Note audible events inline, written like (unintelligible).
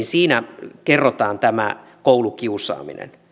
(unintelligible) siinä kerrotaan tämä koulukiusaaminen